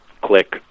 Click